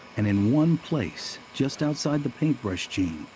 and in one place, just outside the paintbrush gene,